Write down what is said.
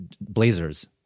Blazers